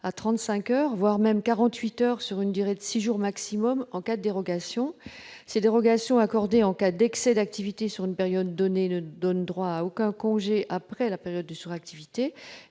à 35 heures, voire 48 heures sur une durée maximale de six jours en cas de dérogation. Ces dérogations, accordées en cas d'excès d'activité sur une période donnée, ne donnent droit à aucun congé après la période de suractivité